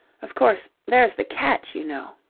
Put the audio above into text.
of course, there's the catch, you know.